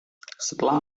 setelah